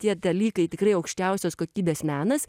tie dalykai tikrai aukščiausios kokybės menas